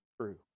True